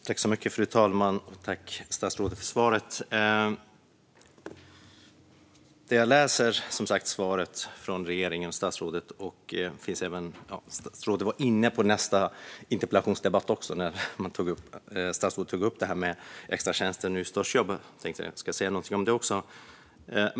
Fru talman! Jag tackar statsrådet för svaret. I sitt svar kom statsrådet också in på nästa interpellationsdebatt i och med att han tog upp extratjänster och nystartsjobb. Även jag ska säga något om det.